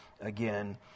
again